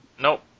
Nope